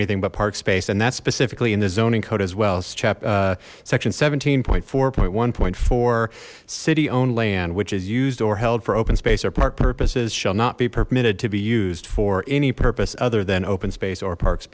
anything but park space and that's specifically in the zoning code as wells check section seventeen point four point one point four city owned land which is used or held for open space or park purposes shall not be permitted to be used for any purpose other than open space or parks